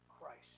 Christ